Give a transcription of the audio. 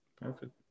perfect